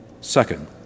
Second